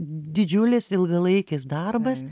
didžiulis ilgalaikis darbas